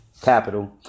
capital